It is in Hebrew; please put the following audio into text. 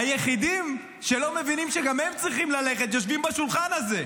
היחידים שלא מבינים שגם הם צריכים ללכת יושבים בשולחן הזה.